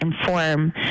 inform